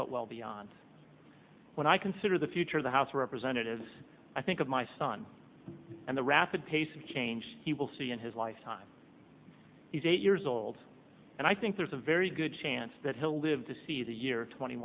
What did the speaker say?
but well beyond when i consider the future the house of representatives i think of my son and the rapid pace of change he will see in his lifetime he's eight years old and i think there's a very good chance that he'll live to see the year twenty